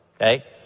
Okay